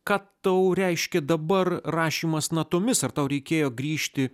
ką tau reiškia dabar rašymas natomis ar tau reikėjo grįžti